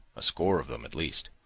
a score of them at least,